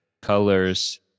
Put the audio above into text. colors